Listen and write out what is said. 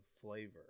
flavor